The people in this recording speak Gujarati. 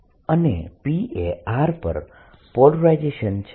Pe0E અને P એ r પર પોલરાઇઝેશન છે